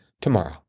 tomorrow